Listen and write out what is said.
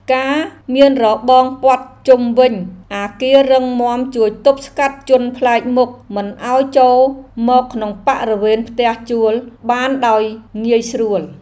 ការមានរបងព័ទ្ធជុំវិញអគាររឹងមាំជួយទប់ស្កាត់ជនប្លែកមុខមិនឱ្យចូលមកក្នុងបរិវេណផ្ទះជួលបានដោយងាយស្រួល។